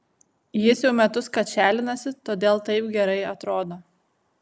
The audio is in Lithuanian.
jis jau metus kačialinasi todėl taip gerai atrodo